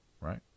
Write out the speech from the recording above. right